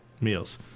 meals